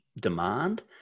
demand